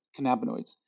cannabinoids